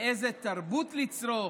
ואיזו תרבות לצרוך,